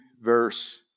verse